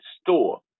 store